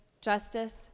justice